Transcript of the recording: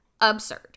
absurd